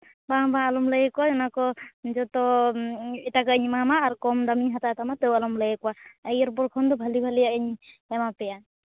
ᱵᱟᱝ ᱵᱟᱝ ᱟᱞᱚᱢ ᱞᱟᱹᱭᱟᱠᱚᱣᱟ ᱚᱱᱟᱠᱚ ᱡᱚᱛᱚ ᱮᱴᱟᱜᱟᱜ ᱤᱧ ᱮᱢᱟᱢᱟ ᱟᱨ ᱫᱟᱢ ᱠᱚᱢᱤᱧ ᱦᱟᱛᱟᱣ ᱛᱟᱢᱟ ᱛᱟᱹᱣ ᱟᱞᱚᱢ ᱞᱟᱹᱭᱟᱠᱚᱣᱟ ᱤᱭᱟᱹᱨ ᱯᱚᱨ ᱠᱷᱚᱱ ᱫᱚ ᱵᱷᱟᱹᱞᱮ ᱵᱷᱟᱹᱞᱮᱭᱟᱜ ᱤᱧ ᱮᱢᱟ ᱯᱮᱭᱟ